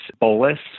bolus